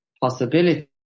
possibility